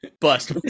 Bust